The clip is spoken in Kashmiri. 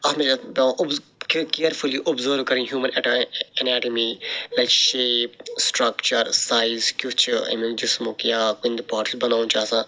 اتھ مَنٛز چھ اسہِ پیٚوان اوٚبزٔ کیرفُلی اوٚبزٔرٕو کَرٕنۍ human anatomy like shape structure size کیٛتھ چھُ امیٛک جِسمُک یا کُنہِ تہِ پارٹُک یُس بَناوُن چھُ آسان